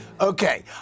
Okay